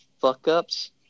fuck-ups